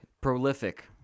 Prolific